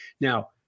Now